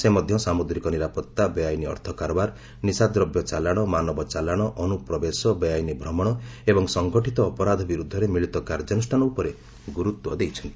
ସେ ମଧ୍ୟ ସାମୁଦ୍ରିକ ନିରାପତ୍ତା ବେଆଇନ ଅର୍ଥ କାରବାର ନିଶାଦ୍ରବ୍ୟ ଚାଲାଣ ମାନବ ଚାଲାଣ ଅନୁପ୍ରବେଶ ବେଆଇନ ଭ୍ରମଣ ଏବଂ ସଂଗଠିତ ଅପରାଧ ବିରୁଦ୍ଧରେ ମିଳିତ କାର୍ଯ୍ୟାନୁଷ୍ଠାନ ଉପରେ ଗୁରୁତ୍ୱ ଦେଇଛନ୍ତି